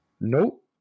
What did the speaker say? Nope